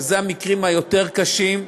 המקרים היותר-קשים,